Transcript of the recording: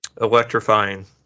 electrifying